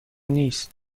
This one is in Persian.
نیست